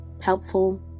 helpful